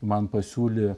man pasiūlė